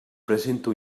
presenta